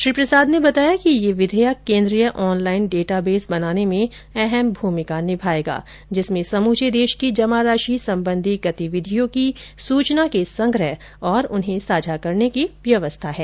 श्री प्रसाद ने बताया कि यह विधेयक केन्द्रीय ऑनलाइन डेटाबेस बनाने में अहम भूमिका निभाएगा जिसमें समूचे देश की जमा राशि संबंधी गतिविधियों की सूचना के संग्रह और उन्हें साझा करने की व्यवस्था है